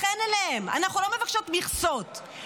אנחנו לא מבקשות מכסות,